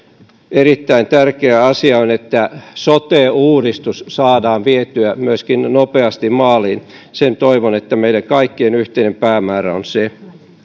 erittäin tärkeä asia on että sote uudistus saadaan vietyä myöskin nopeasti maaliin toivon että meidän kaikkien yhteinen päämäärä on se